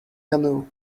canoe